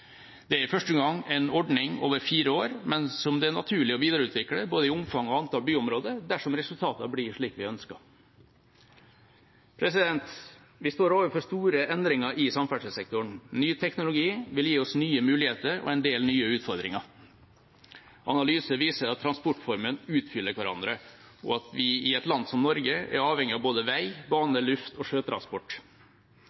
Det er første gang en ordning over fire år, men som det er naturlig å videreutvikle både i omfang og antall byområder dersom resultatene blir slik vi ønsker. Vi står overfor store endringer i samferdselssektoren. Ny teknologi vil gi oss nye muligheter og en del nye utfordringer. Analyser viser at transportformene utfyller hverandre, og at vi i et land som Norge er avhengig av både vei, bane,